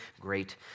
great